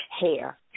hair